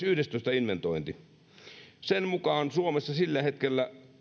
yhdestoista inventointi sen mukaan kun suomessa sillä hetkellä